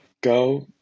go